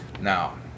Now